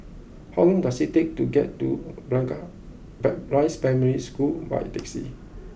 how long does it take to get to Blangah Ban Rise Primary School by taxi